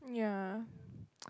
yeah